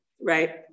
right